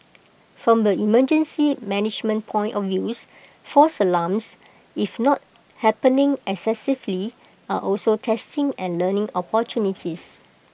from the emergency management point of views false alarms if not happening excessively are also testing and learning opportunities